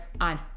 on